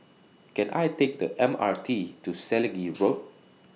Can I Take The M R T to Selegie Road